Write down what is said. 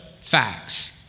facts